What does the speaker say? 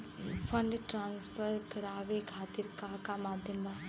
Fund transfer करवाये खातीर का का माध्यम बा?